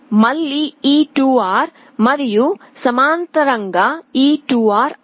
మళ్ళీ ఈ 2R మరియు సమాంతరంగా ఈ 2R R